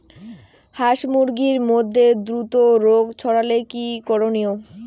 হাস মুরগির মধ্যে দ্রুত রোগ ছড়ালে কি করণীয়?